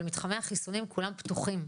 אבל מתחמי החיסונים כולם פתוחים.